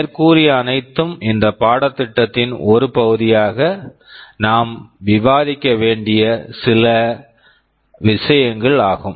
மேற்கூறிய அனைத்தும் இந்த பாடத்திட்டத்தின் ஒரு பகுதியாக நாம் விவாதிக்க வேண்டிய சில விஷயங்கள் ஆகும்